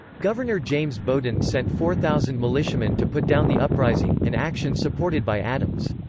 governor james bowdoin sent four thousand militiamen to put down the uprising, an action supported by adams.